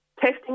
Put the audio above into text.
testing